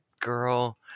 girl